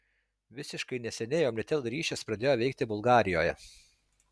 visiškai neseniai omnitel ryšis pradėjo veikti bulgarijoje